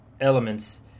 elements